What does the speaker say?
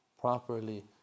properly